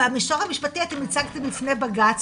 במישור המשפטי אתם הצגתם בפני בג"ץ